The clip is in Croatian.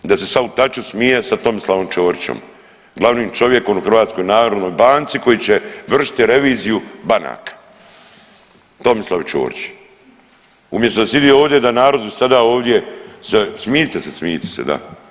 Da se sad u taču smije sa Tomislavom Čorićem, glavnim čovjekom u HNB-u koji će vršiti reviziju banaka Tomislav Čovrić, umisto da sidi ovdje da narodu sada ovdje, smijete se, smijete se da.